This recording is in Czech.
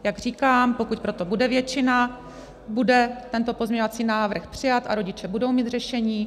Jak říkám, pokud pro to bude většina, bude tento pozměňovací návrh přijat a rodiče budou mít řešení.